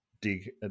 dig